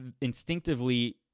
instinctively